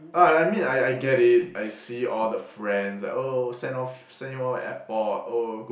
ah I I mean I I get it I see all the friends like oh send off send you off at airport oh good